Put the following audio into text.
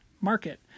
market